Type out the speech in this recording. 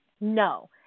No